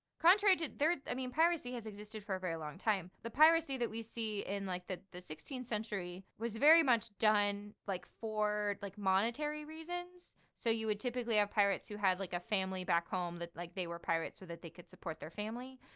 contrary to their i mean piracy has existed for a very long time. the piracy that we see in like the the sixteen th century was very much done, like for like, monetary reasons. so you would typically have pirates who had, like, a family back home, that like they were pirates so that they could support their family.